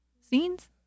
Scenes